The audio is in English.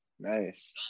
Nice